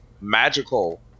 Magical